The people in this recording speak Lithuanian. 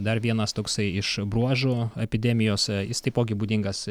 dar vienas toksai iš bruožų epidemijose jis taipogi būdingas